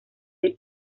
del